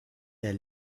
der